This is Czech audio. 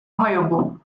obhajobu